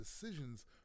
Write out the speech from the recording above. decisions